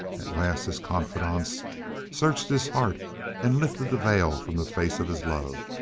at last his confidants searched his heart and lifted the veil from the face of his love,